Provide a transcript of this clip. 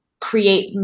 create